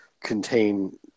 contain